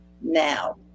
now